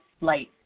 light